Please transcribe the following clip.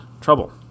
trouble